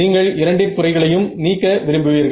நீங்கள் இரண்டின் குறைகளையும் நீக்க விரும்புவீர்கள்